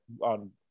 on